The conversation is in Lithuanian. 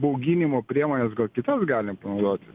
bauginimo priemones gal kitas galim panaudot